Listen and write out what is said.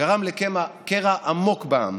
גרם לקרע עמוק בעם,